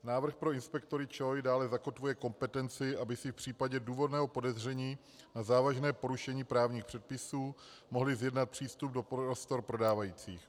Návrh pro inspektory ČOI dále zakotvuje kompetenci, aby si v případě důvodného podezření na závažné porušení právních předpisů mohli zjednat přístup do prostor prodávajících.